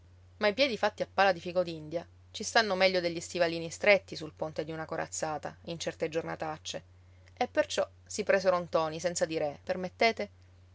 ma i piedi fatti a pala di ficodindia ci stanno meglio degli stivalini stretti sul ponte di una corazzata in certe giornataccie e perciò si presero ntoni senza dire permettete